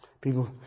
people